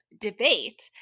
debate